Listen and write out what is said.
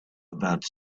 about